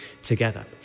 together